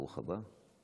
ברוך הבא.